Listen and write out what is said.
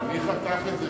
אבל מי חתך את זה